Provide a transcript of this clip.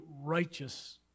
righteous